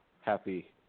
happy